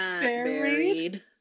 buried